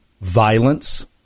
violence